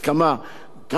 גם של לוחמי האש.